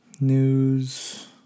news